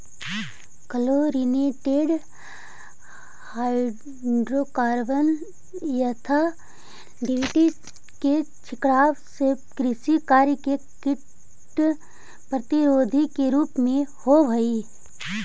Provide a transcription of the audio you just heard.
chlorinated hydrocarbon यथा DDT के छिड़काव कृषि कार्य में कीट प्रतिरोधी के रूप में होवऽ हई